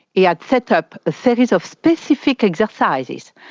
he had set up a series of specific exercises,